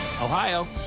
Ohio